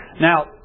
Now